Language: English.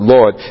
Lord